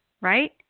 right